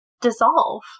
dissolve